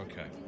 Okay